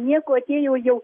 nieko atėjo jau